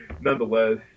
Nonetheless